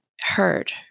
heard